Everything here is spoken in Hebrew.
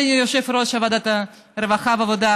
אדוני יושב-ראש ועדת הרווחה והעבודה,